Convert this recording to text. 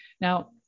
Now